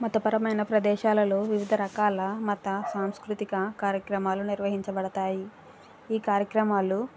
మత పరమైన ప్రదేశాలలో వివిధ రకాల మత సాంస్కృతిక కార్యక్రమాలు నిర్వహించబడుతాయి ఈ కార్యక్రమాలు